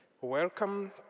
Welcome